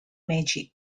magic